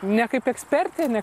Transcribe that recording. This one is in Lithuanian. ne kaip ekspertė ne